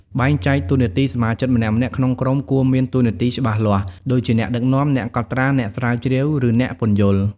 បែងចែកតួនាទីសមាជិកម្នាក់ៗក្នុងក្រុមគួរមានតួនាទីច្បាស់លាស់ ដូចជា អ្នកដឹកនាំ អ្នកកត់ត្រា អ្នកស្រាវជ្រាវ ឬអ្នកពន្យល់។